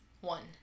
One